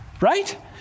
right